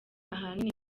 ahanini